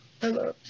Hello